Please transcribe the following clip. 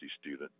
student